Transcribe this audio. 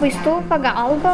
vaistų pagalba